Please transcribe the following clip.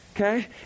Okay